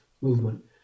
movement